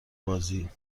بازی